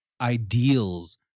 ideals